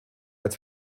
als